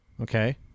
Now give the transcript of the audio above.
Okay